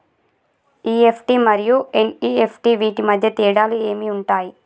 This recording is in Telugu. ఇ.ఎఫ్.టి మరియు ఎన్.ఇ.ఎఫ్.టి వీటి మధ్య తేడాలు ఏమి ఉంటాయి?